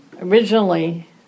Originally